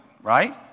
Right